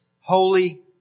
holy